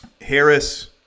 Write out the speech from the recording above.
Harris